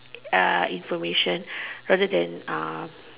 information rather than